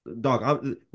Dog